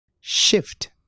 Shift